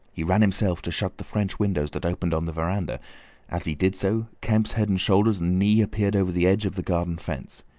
he ran himself to shut the french windows that opened on the veranda as he did so kemp's head and shoulders knee appeared over the edge of the garden fence.